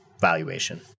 valuation